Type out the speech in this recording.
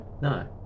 No